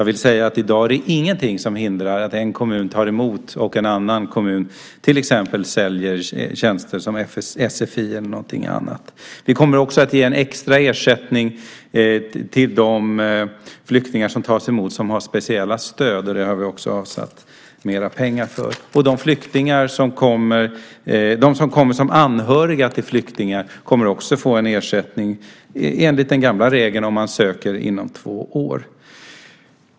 I dag är det ingenting som hindrar att en kommun tar emot och en annan kommun till exempel säljer tjänster - sfi eller någonting annat. Vi kommer också att ge en extra ersättning till de flyktingar som tas emot och som har speciella stöd. Också för det har vi avsatt mera pengar. De som kommer som anhöriga till flyktingar kommer också att få en ersättning enligt den gamla regeln om man söker inom två år.